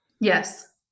Yes